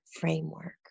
framework